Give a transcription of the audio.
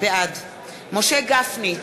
בעד משה גפני,